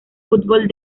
fútbol